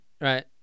Right